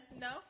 No